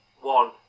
one